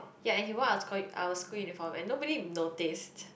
ya and he wore our sch~ our school uniform and nobody noticed